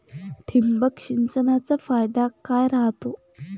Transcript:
ठिबक सिंचनचा फायदा काय राह्यतो?